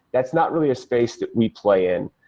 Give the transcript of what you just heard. that's not really a space that we play in,